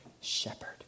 shepherd